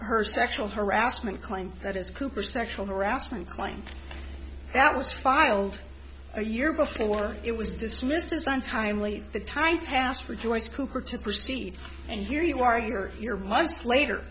her sexual harassment claim that is cooper sexual harassment claim that was filed a year before it was dismissed his untimely the time passed for joyce cooper to proceed and here you are you're you're months later